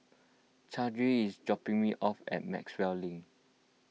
Chauncy is dropping me off at Maxwell Link